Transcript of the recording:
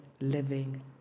living